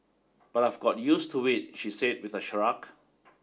but I've got use to it she said with a shrug